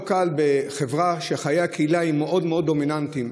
לא קל בחברה שחיי הקהילה הם מאוד מאוד דומיננטיים,